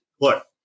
look